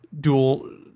dual